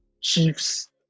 chiefs